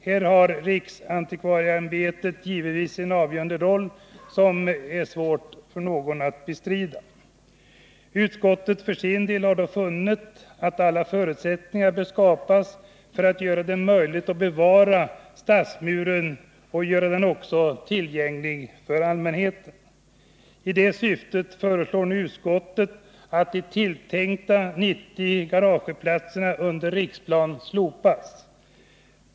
Här spelar givetvis riksantikvarieämbetets bedömning den avgörande rollen, och denna bedömning är det svårt för någon att bestrida. Utskottet har för sin del dock funnit att alla förutsättningar bör skapas för att göra det möjligt att bevara stadsmuren och göra den tillgänglig för allmänheten. I detta syfte föreslår utskottet att de tilltänkta 90 garageplatserna under Riksplan slopas.